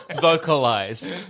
vocalize